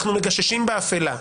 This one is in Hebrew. אנחנו מגששים באפלה.